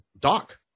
Doc